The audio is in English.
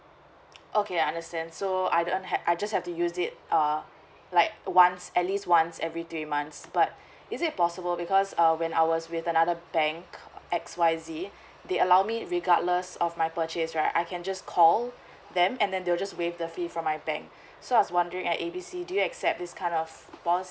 okay I understand so I don't have I just have to use it err like once at least once every three months but is it possible because err when I was with another bank X Y Z they allow me regardless of my purchase right I can just call them and then they'll just waive the fee from my bank so I was wondering at A B C do you accept this kind of